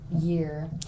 year